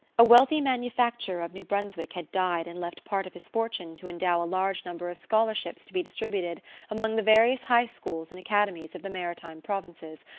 a wealthy manufacturer of new brunswick had died and left part of his fortune to endow a large number of scholarships to be distributed among the various high schools and academies of the maritime provinces,